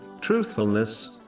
Truthfulness